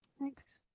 thanks.